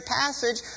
passage